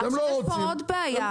יש פה עוד בעיה.